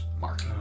mark